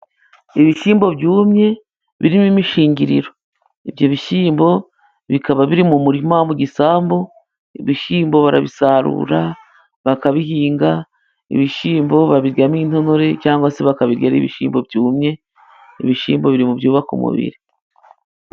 Ibishyimba byumye， birimo imishingiriro. Ibyo bishyimbo bikaba biri mu murima， mu gisambu， ibishyimbo barabisarura，bakabihinga， ibishyimbo babiryamo intonore， cyangwa se bakabirya ari ibishyimbo byumye， ibishyimbo biri mu byubaka umubiri.